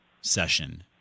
session